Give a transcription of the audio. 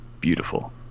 Beautiful